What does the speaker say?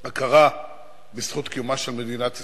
הכרה בזכות קיומה של מדינת ישראל,